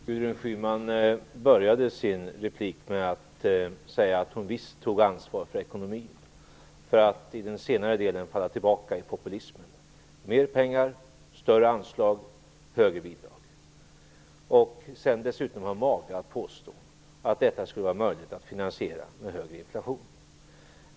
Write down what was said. Fru talman! Gudrun Schyman började sin replik med att säga att hon visst tar ansvar för ekonomin, för att i den senare delen falla tillbaka i populism; mer pengar, större anslag, högre bidrag. Sedan har hon dessutom mage att påstå att detta skulle vara möjligt att finansiera med högre inflation.